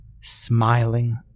smiling